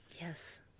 Yes